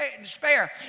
despair